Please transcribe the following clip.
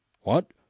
What